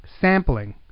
sampling